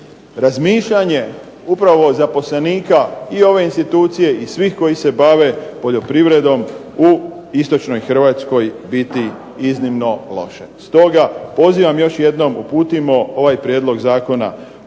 razmišljanje upravo zaposlenika i ove institucije i svih koji se bave poljoprivredom u istočnoj Hrvatskoj biti iznimno loše. Stoga pozivam još jednom, uputimo ovaj prijedlog zakona